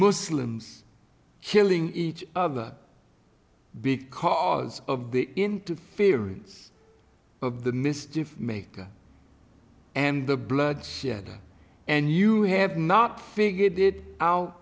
muslims killing each other because of the interference of the mischief maker and the bloodshed and you have not figured it out